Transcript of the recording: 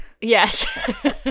Yes